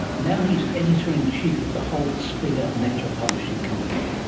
now his editor-in-chief of the whole springer nature publishing company,